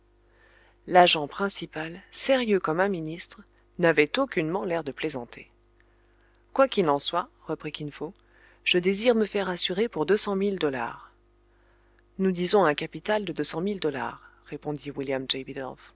l'agent principal sérieux comme un ministre n'avait aucunement l'air de plaisanter quoi qu'il en soit reprit kin fo je désire me faire assurer pour deux cent mille dollars nous disons un capital de deux cent mille dollars répondit william